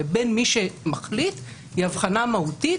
לבין מי שמחליט היא הבחנה מהותית,